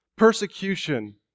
Persecution